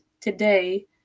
today